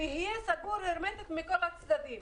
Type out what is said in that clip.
שיהיה סגור הרמטית מכל הצדדים,